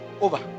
over